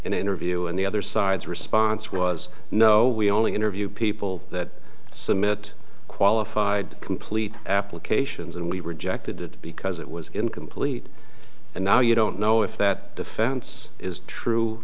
an interview and the other side's response was no we only interview people that submit qualified complete applications and we rejected it because it was incomplete and now you don't know if that defense is true